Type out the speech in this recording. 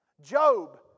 Job